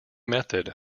method